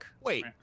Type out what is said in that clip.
Wait